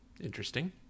Interesting